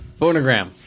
Phonogram